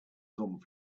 come